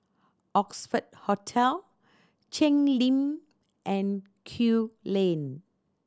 Oxford Hotel Cheng Lim and Kew Lane